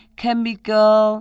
chemical